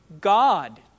God